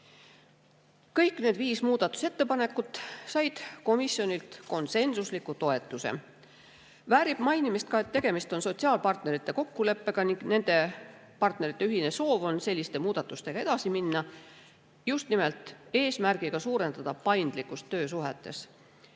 need viis muudatusettepanekut said komisjonilt konsensusliku toetuse. Väärib mainimist, et tegemist on sotsiaalpartnerite kokkuleppega ning nende partnerite ühine soov on selliste muudatustega edasi minna just nimelt eesmärgiga suurendada paindlikkust töösuhetes.